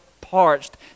parched